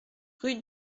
rue